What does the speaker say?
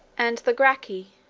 and the gracchi,